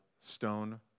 stone